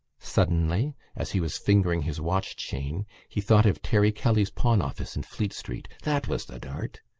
suddenly, as he was fingering his watch-chain, he thought of terry kelly's pawn-office in fleet street. that was the dart!